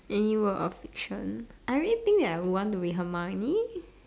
any world of fiction I really think that I would want to be Hermione